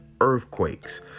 earthquakes